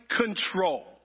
control